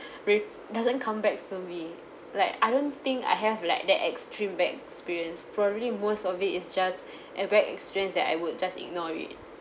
really doesn't come back to me like I don't think I have like that extreme bad experience probably most of it is just a bad experience that I would just ignore it